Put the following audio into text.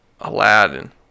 Aladdin